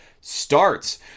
starts